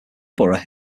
borough